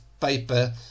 paper